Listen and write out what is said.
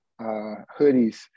hoodies